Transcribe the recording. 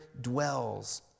dwells